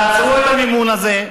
תעצרו את המימון הזה,